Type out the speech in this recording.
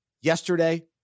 yesterday